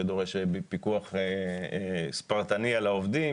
שדורש פיקוח ספרטני על העובדים.